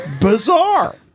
bizarre